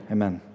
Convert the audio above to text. Amen